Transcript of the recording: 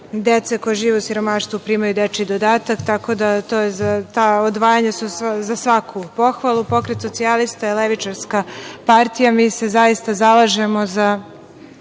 dece koja žive u siromaštvu primaju dečiji dodatak. Tako da, ta odvajanja su za svaku pohvalu. Pokret socijalista je levičarska partija, mi se zaista zalažemo za